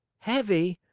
heavy?